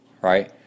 Right